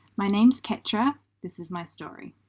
my name is ketra, this is my story.